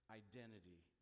identity